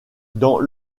dans